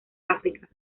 áfrica